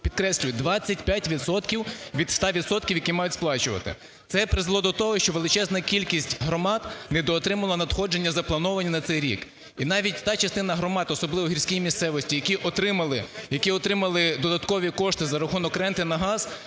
Підкреслюю, 25 відсотків від 100 відсотків, які мають сплачувати. Це призвело до того, що величезна кількість громад недоотримала надходження заплановані на цей рік. І навіть та частина громад, особливо в гірській місцевості, які отримали, які отримали додаткові кошти за рахунок ренти на газ,